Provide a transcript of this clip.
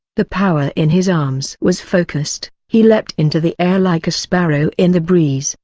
the power in his arms was focused he leapt into the air like a sparrow in the breeze,